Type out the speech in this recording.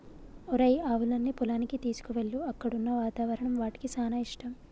ఒరేయ్ ఆవులన్నీ పొలానికి తీసుకువెళ్ళు అక్కడున్న వాతావరణం వాటికి సానా ఇష్టం